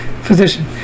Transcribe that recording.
physician